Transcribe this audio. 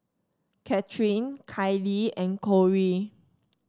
Catherine Kayli and Cori